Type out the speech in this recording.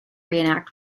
reenact